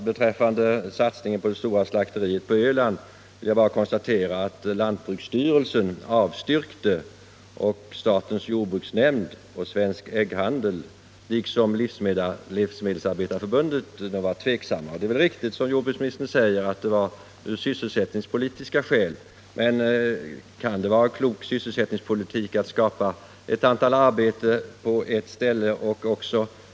Herr talman! Beträffande det stora slakteriet på Öland är det bara att konstatera att lantbruksstyrelsen avstyrkte och att statens jordbruksnämnd, Svensk ägghandel samt Livsmedelsarbetareförbundet tvivlade på projektet. Det är riktigt som jordbruksministern säger att man hade sysselsättningspolitiska skäl. Men kan det vara klok sysselsättningspolitik till att utbilda folk där, samtidigt som 250 å 300 personer på annat håll Tisdagen den i landet blir utan sysselsättning? Jag ifrågasätter detta mycket starkt.